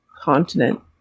continent